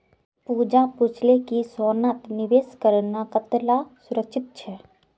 पूजा पूछले कि सोनात निवेश करना कताला सुरक्षित छे